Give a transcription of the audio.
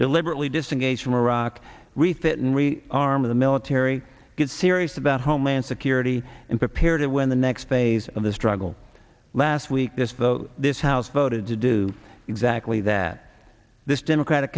deliberately disengage from iraq refit in really arm of the military get serious about homeland security and prepare to win the next phase of the struggle last week this vote this house voted to do exactly that this democratic